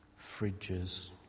fridges